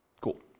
Cool